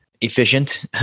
efficient